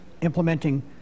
implementing